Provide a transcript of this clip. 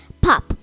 Pop